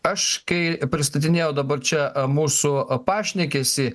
aš kai pristatinėjau dabar čia mūsų pašnekesį